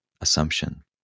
assumption